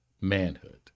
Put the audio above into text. manhood